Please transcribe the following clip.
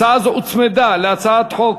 הצעה זו הוצמדה להצעת חוק